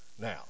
Now